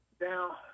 Now